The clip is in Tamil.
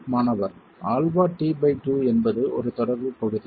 மாணவர் αt2 என்பது ஒரு தொடர்புப் பகுதியா